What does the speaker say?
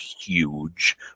huge